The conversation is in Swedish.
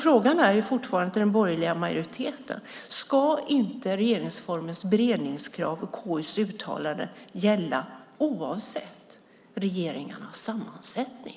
Frågan till den borgerliga majoriteten är fortfarande: Ska inte regeringsformens beredningskrav och KU:s uttalande gälla oavsett regeringarnas sammansättning?